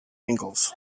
engels